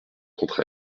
contre